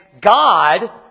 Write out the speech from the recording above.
God